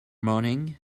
morning